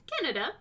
Canada